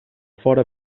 fora